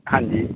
ਹਾਂਜੀ